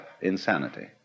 insanity